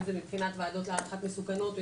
אם זה מבחינת ועדות להערכת מסוכנות,